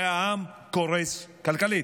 והעם קורס כלכלית.